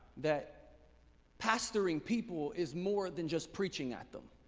that pastoring people is more than just preaching at them.